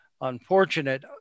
unfortunate